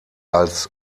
als